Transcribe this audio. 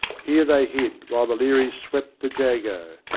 here they hid while the learys swept the jago,